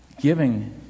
Giving